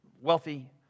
wealthy